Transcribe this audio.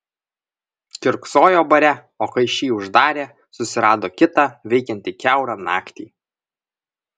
kiurksojo bare o kai šį uždarė susirado kitą veikiantį kiaurą naktį